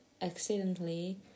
accidentally